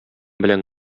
белән